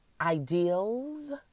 ideals